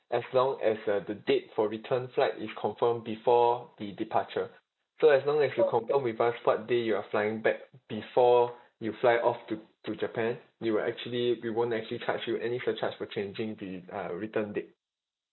as long as uh the date for return flight is confirmed before the departure so as long as you confirm with us what day you are flying back before you fly off to to japan we will actually we won't actually charge you any surcharge for changing the uh return date